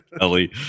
Ellie